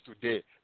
today